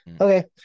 Okay